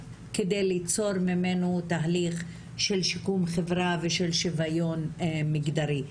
כדי ליצור ממנו תהליך של שיקום חברה ושל שוויון מגדרי,